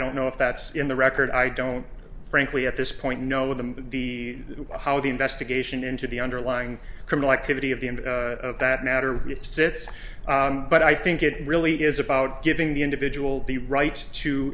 don't know if that's in the record i don't frankly at this point know the the how the investigation into the underlying criminal activity of the end of that matter sits but i think it really is about giving the individual the right to